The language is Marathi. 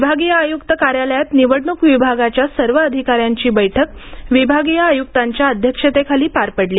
विभागीय आयुक्त कार्यालयात निवडणूक विभागाच्या सर्व अधिकाऱ्यांची बैठक विभागीय आय़क्त सौरभ राव यांच्या अध्यक्षतेखाली पार पडली